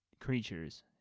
creatures